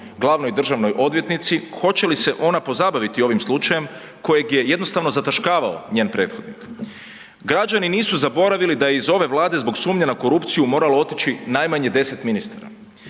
glavnoj državnoj odvjetnici, hoće li se ona pozabaviti ovim slučajem kojeg je jednostavno zataškavao njen prethodnik. Građani nisu zaboravili da je iz ove Vlade zbog sumnje na korupciju moralo otići najmanje 10 ministara,